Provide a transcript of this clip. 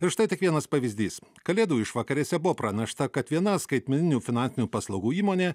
ir štai tik vienas pavyzdys kalėdų išvakarėse buvo pranešta kad viena skaitmeninių finansinių paslaugų įmonė